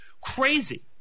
crazy